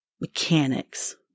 mechanics